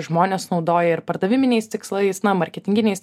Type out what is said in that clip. žmonės naudoja ir pardaviminiais tikslais na marketinginiais